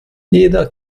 jeder